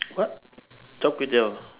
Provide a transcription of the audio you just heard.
what char kway teow